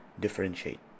differentiate